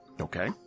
Okay